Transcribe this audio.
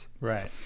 Right